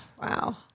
Wow